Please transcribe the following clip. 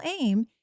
aim